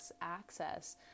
access